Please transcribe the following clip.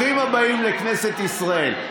ברוכים הבאים לכנסת ישראל.